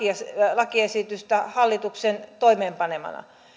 lakiesitystä hallituksen toimeenpanemana